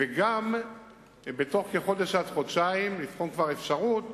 וגם בתוך חודש עד חודשיים לבחון אפשרות